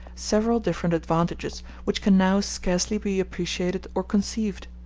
several different advantages which can now scarcely be appreciated or conceived.